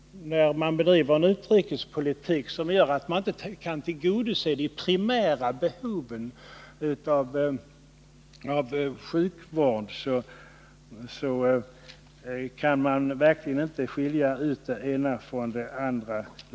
När man bedriver en utrikespolitik som gör att man inte kan tillgodose de primära behoven av sjukvård inom landet går det verkligen inte längre att skilja ut det ena från det andra.